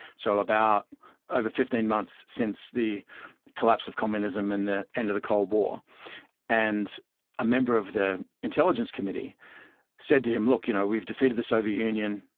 so about over fifteen months since the collapse of communism and the end of the cold war and a member of the intelligence committee said to him look, you know we've defeated the soviet union.